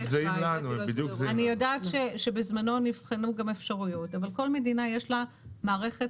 אני יודעת שבזמנו נבחנו גם אפשרויות אבל לכל מדינה יש מערכת